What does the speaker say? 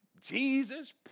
Jesus